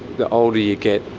the older you get,